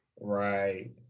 Right